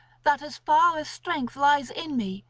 that as far as strength lies in me,